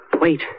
Wait